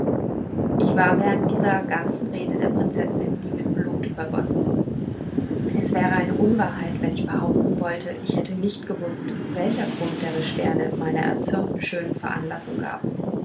ich war während dieser ganzen rede der prinzessin wie mit blut übergossen es wäre eine unwahrheit wenn ich behaupten wollte ich hätte nicht gewußt welcher grund der beschwerde meiner erzürnten schönen veranlassung gab